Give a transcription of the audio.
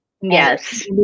Yes